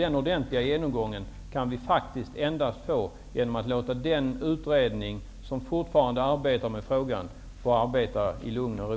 En ordentlig genomgång kan vi faktiskt endast få genom att låta den utredning som fortfarande arbetar med frågan få arbeta i lugn och ro.